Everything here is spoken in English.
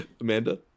Amanda